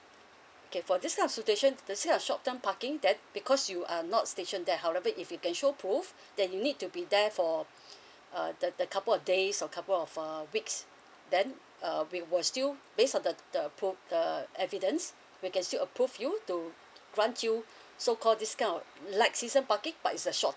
okay for this kind of situation let's say uh short term parking that because you are not station there however if you can show proof that you need to be there for uh the the couple of days or couple of uh weeks then uh we were still based on the the proof the evidence we can still approved you to grant you so call discount like season parking but it's a short